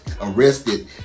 arrested